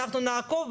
אנחנו נעקוב.